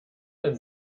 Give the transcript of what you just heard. denn